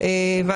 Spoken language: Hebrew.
את זה אני מבין,